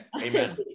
Amen